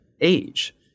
age